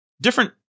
different